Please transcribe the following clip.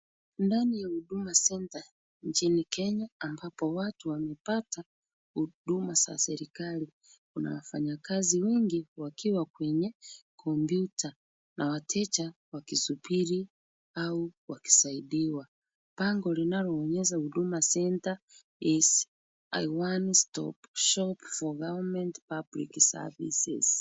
Ndani ya Huduma Centre nchini Kenya ambapo watu wamepata huduma za serikali. Kuna wafanyakazi wengi wakiwa kwenye kompyuta na wateja wakisubiri au wakisaidiwa. Bango linaloonyesha Huduma Centre is a one-stop shop for government public services .